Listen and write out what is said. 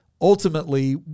ultimately